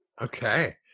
Okay